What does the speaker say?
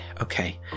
Okay